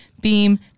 beam